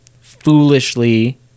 foolishly